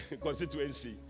constituency